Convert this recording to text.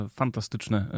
fantastyczne